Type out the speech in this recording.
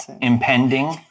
Impending